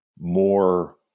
more